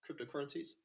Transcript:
cryptocurrencies